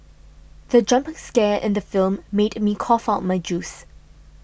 the jump scare in the film made me cough out my juice